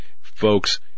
folks